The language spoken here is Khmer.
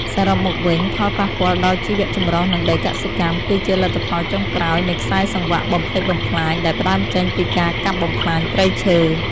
សរុបមកវិញ ផលប៉ះពាល់ដល់ជីវៈចម្រុះ និងដីកសិកម្ម គឺជាលទ្ធផលចុងក្រោយនៃខ្សែសង្វាក់បំផ្លិចបំផ្លាញដែលផ្ដើមចេញពីការកាប់បំផ្លាញព្រៃឈើ។